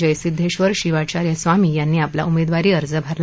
जयसिद्धारे शिवाचार्य स्वामी यांनी आपला उमर्खारी अर्ज भरला